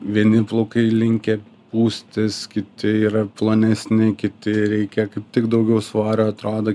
vieni plaukai linkę pūstis kiti yra plonesni kiti reikia kaip tik daugiau svorio atrodo